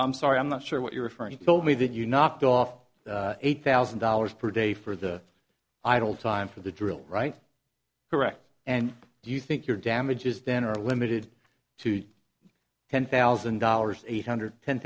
i'm sorry i'm not sure what you're referring to told me that you knocked off eight thousand dollars per day for the idol sign for the drill right correct and do you think your damages then are limited to ten thousand dollars eight hundred ten